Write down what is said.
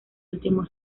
último